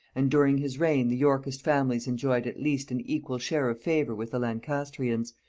and during his reign the yorkist families enjoyed at least an equal share of favor with the lancastrians,